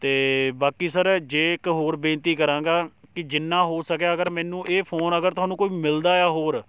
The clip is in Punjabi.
ਅਤੇ ਬਾਕੀ ਸਰ ਜੇ ਇੱਕ ਹੋਰ ਬੇਨਤੀ ਕਰਾਂਗਾ ਕਿ ਜਿੰਨਾ ਹੋ ਸਕਿਆ ਅਗਰ ਮੈਨੂੰ ਇਹ ਫੋਨ ਅਗਰ ਤੁਹਾਨੂੰ ਕੋਈ ਮਿਲਦਾ ਏ ਆ ਹੋਰ